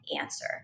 answer